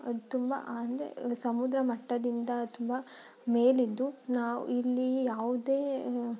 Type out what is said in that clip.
ತುಂಬ ಅಂದರೆ ಸಮುದ್ರ ಮಟ್ಟದಿಂದ ತುಂಬ ಮೇಲಿದ್ದು ನಾವು ಇಲ್ಲಿ ಯಾವುದೇ